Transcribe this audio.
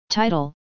Title